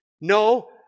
no